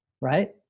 Right